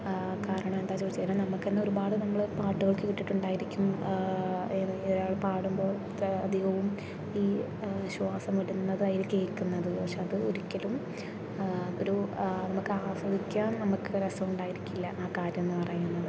കാരണം എന്താ ചോദിച്ചാൽ നമക്കുതന്നെ ഒരുപാട് നമ്മൾ പാട്ടുകൾ കേട്ടിട്ടുണ്ടായിരിക്കും ഒരാള് പാടുമ്പോൾ അധികവും ഈ ശ്വാസം വിടുന്നത് ആയിരിക്കും കേൾക്കുന്നത് പക്ഷേ അതൊരിക്കലും ഒരു ആസ്വദിക്കാൻ ഒരു രസമുണ്ടായിരിക്കില്ല ആ കാര്യമെന്ന് പറയുന്നത്